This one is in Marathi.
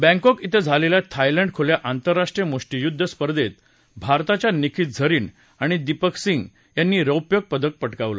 बँकॉक इथं झालेल्या थायलंड खुल्या आंतरराष्ट्रीय मुष्टीयुद्ध स्पर्धेत भारताच्या निखत झरिन आणि दिपक सिंग यांनी रौप्य पदक पटकावलं